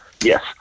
Yes